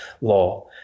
law